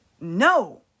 No